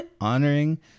honoring